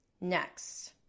Next